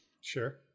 Sure